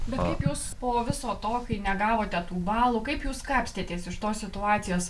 bet kaip jūs po viso to kai negavote tų balų kaip jūs kapstėtės iš tos situacijos